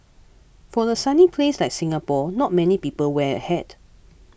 for a sunny place like Singapore not many people wear a hat